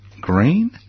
Green